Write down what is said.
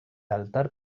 altar